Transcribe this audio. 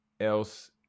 else